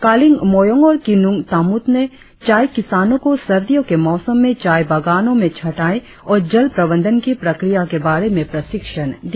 कालिंग मोयोंग और किन्ंग तामुत ने चाय किसानों को सर्दियों के मौसम में चाय बागानों में छंटाई और जल प्रबंधन की प्रक्रिया के बारे में प्रशिक्षण दिया